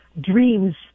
dreams